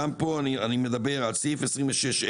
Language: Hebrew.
גם פה, אני מדבר על סעיף 26ה(ב)(1),